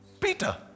Peter